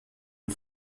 and